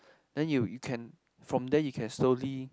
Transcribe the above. then you you can from there you can slowly